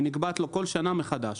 היא נקבעת לו בכל שנה מחדש.